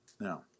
Now